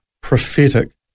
prophetic